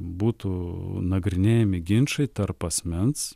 būtų nagrinėjami ginčai tarp asmens